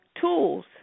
tools